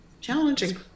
Challenging